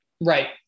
right